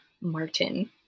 Martin